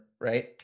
right